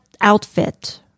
outfit